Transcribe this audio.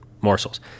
morsels